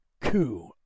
coup